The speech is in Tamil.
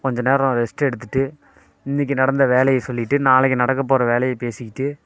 கொஞ்சம் நேரம் ரெஸ்ட் எடுத்துவிட்டு இன்றைக்கி நடந்த வேலையை சொல்லிவிட்டு நாளைக்கு நடக்க போகிற வேலையை பேசிக்கிட்டு